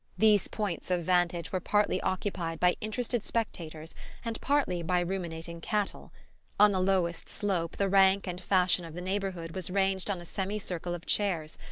these points of vantage were partly occupied by interested spectators and partly by ruminating cattle on the lowest slope, the rank and fashion of the neighbourhood was ranged on a semi-circle of chairs,